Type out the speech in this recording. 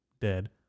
dead